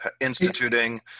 instituting